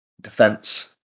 defense